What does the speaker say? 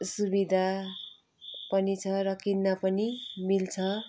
सुविदा पनि छ र किन्न पनि मिल्छ